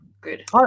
good